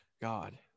God